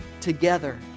together